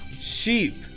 sheep